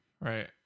right